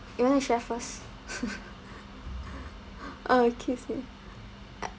you want to share first oh it keeps me